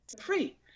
free